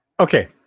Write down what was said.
Okay